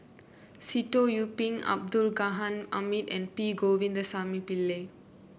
Sitoh Yih Pin Abdul Ghani Hamid and P Govindasamy Pillai